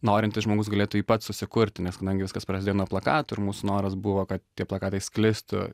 norintis žmogus galėtų jį pats susikurti nes kadangi viskas prasidėjo nuo plakatų ir mūsų noras buvo kad tie plakatai sklistų